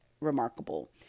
remarkable